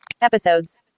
Episodes